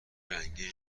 رنگی